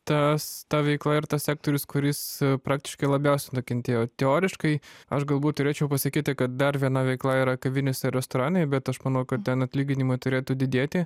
tas ta veikla ir tas sektorius kuris praktiškai labiausiai nukentėjo teoriškai aš galbūt turėčiau pasakyti kad dar viena veikla yra kavinės ir restoranai bet aš manau kad ten atlyginimai turėtų didėti